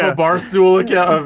ah barstool account.